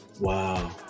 Wow